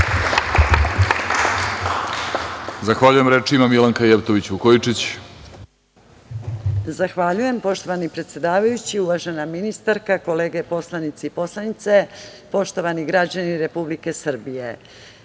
Vukojičić. **Milanka Jevtović Vukojičić** Zahvaljujem. Poštovani predsedavajući, uvažena ministarka, kolege poslanici i poslanice, poštovani građani Republike Srbije,